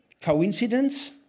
Coincidence